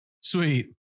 sweet